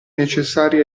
necessari